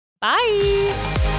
Bye